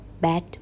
bad